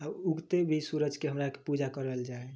आओर उगिते भी सूरजके हमरा आरके पूजा करल जाइ हइ